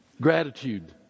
gratitude